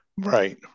right